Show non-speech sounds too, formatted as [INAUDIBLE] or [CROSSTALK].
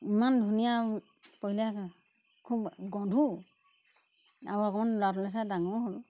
ইমান ধুনীয়া পহিলে [UNINTELLIGIBLE] খুব [UNINTELLIGIBLE] গোন্ধো আৰু অকণমান ল'ৰাটোলে চাই ডাঙৰ হ'ল